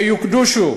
שיוקדשו